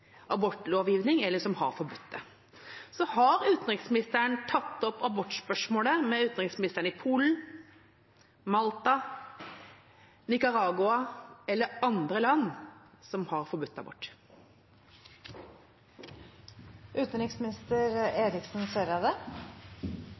abortlovgivning, eller som har forbudt det. Så har utenriksministeren tatt opp abortspørsmålet med utenriksministeren i Polen, Malta, Nicaragua eller andre land som har